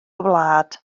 wlad